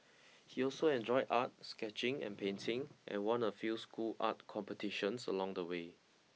he also enjoyed art sketching and painting and won a few school art competitions along the way